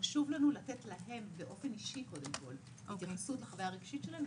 חשוב לנו לתת להם באופן אישי קודם כל התייחסות לחוויה הרגשית שלהם,